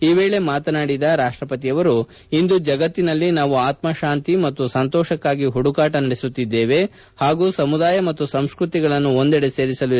ಈ ವೇಳೆ ಮಾತನಾಡಿದ ರಾಷ್ಟಪತಿ ಇಂದು ಜಗತ್ತಿನಲ್ಲಿ ನಾವು ಆತ್ಲತಾಂತಿ ಮತ್ತು ಸಂತೋಷಕ್ಕಾಗಿ ಹುಡುಕಾಟ ನಡೆಸುತ್ತಿದ್ದೇವೆ ಹಾಗೂ ಸಮುದಾಯ ಮತ್ತು ಸಂಸ್ಕೃತಿಗಳನ್ನು ಒಂದೆಡೆ ಸೇರಿಸಲು ಎದುರು ನೋಡುತ್ತಿದ್ದೇವೆ